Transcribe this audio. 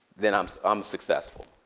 then i'm so i'm successful.